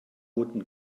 wooden